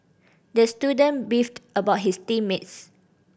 the student beefed about his team mates